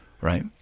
right